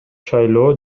шайлоо